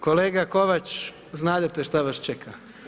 Kolega Kovač znadete što vas čeka.